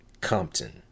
Compton